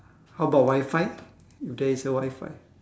how about wi-fi if there is a wi-fi